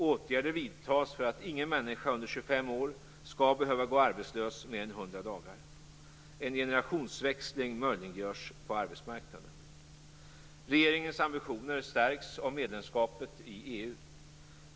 Åtgärder vidtas för att ingen människa under 25 år skall behöva gå arbetslös mer än 100 dagar. En generationsväxling möjliggörs på arbetsmarknaden. Regeringens ambitioner stärks av medlemskapet i EU.